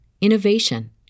innovation